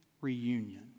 reunion